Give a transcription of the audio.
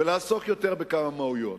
ולעסוק יותר בכמה מהויות.